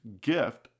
gift